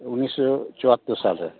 ᱩᱱᱤᱥᱥᱚ ᱪᱩᱭᱟᱛᱛᱳᱨ ᱥᱟᱞ ᱨᱮ